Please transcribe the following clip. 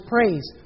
Praise